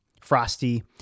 frosty